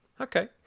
Okay